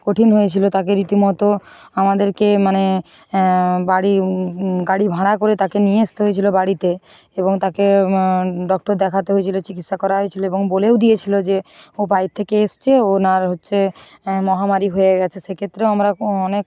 কঠিন হয়েছিলো তাকে রীতি মতো আমাদেরকে মানে বাড়ি গাড়ি ভাঁড়া করে তাকে নিয়ে আসতে হয়েছিলো বাড়িতে এবং তাকে ডাক্তার দেখাতে হয়েছিলো চিকিৎসা করা হয়েছিলো এবং বলেও দিয়েছিলো যে ও বাইরে থেকে এসছে ওনার হচ্ছে মহামারী হয়ে গেছে সেক্ষেত্রেও আমরা অনেক